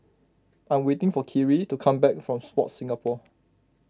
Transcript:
I'm waiting for Kyrie to come back from Sport Singapore